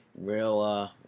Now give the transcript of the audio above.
Real